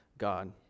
God